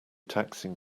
taxing